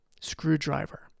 screwdriver